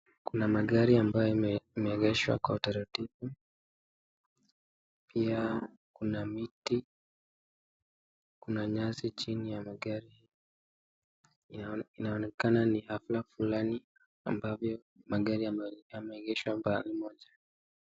Kuna magari ambayo yameegeshwa kwa utaratibu. Pia kuna miti, kuna nyasi chini ya magari haya. Inaonekana ni hafla fulani ambavyo magari yameegeshwa mahali pamoja.